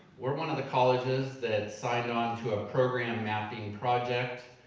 we're one of the colleges that signed on to a program mapping project.